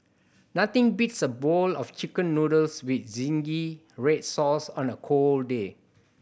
nothing beats a bowl of Chicken Noodles with zingy red sauce on a cold day